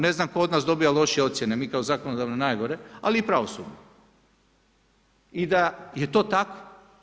Ne znam tko od nas dobija lošije ocjene, mi kao zakonodavno najgore, ali i pravosudno i da je to tako.